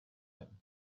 him